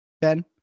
Ben